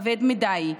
כבד מדי,